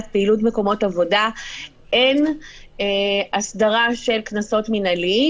פעילות מקומות עבודה אין הסדרה של קנסות מינהליים,